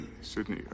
Sydney